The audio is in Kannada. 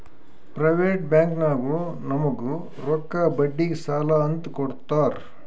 ಪ್ರೈವೇಟ್ ಬ್ಯಾಂಕ್ನಾಗು ನಮುಗ್ ರೊಕ್ಕಾ ಬಡ್ಡಿಗ್ ಸಾಲಾ ಅಂತ್ ಕೊಡ್ತಾರ್